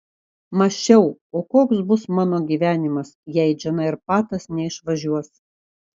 mąsčiau o koks bus mano gyvenimas jei džina ir patas neišvažiuos